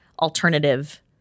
alternative